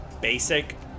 basic